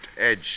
edge